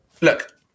look